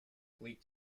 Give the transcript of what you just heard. leaked